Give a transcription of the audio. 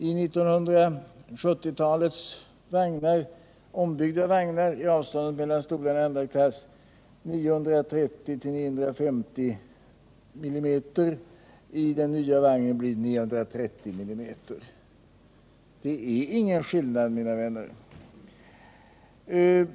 I 1970-talets ombyggda vagnar är avståndet mellan stolarna i andra klass 930-950 mm. I den nya vagnen blir det 930 mm. Det är inga skillnader, mina vänner.